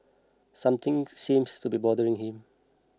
something seems to be bothering him